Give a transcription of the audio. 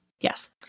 Yes